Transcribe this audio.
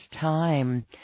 time